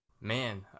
Man